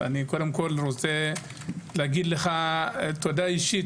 קודם כול אני רוצה להגיד לך תודה אישית.